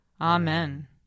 Amen